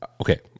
okay